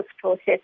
process